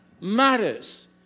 matters